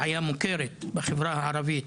בעיה מוכרת בחברה הערבית,